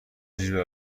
اینجوری